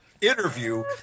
interview